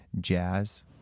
jazz